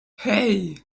hey